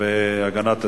והגנת הסביבה,